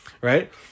right